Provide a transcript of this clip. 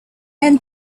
men